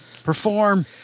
perform